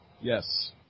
Yes